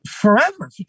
forever